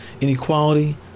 inequality